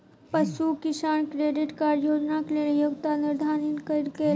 पशु किसान credit card योजनाक लेल योग्यता निर्धारित कयल गेल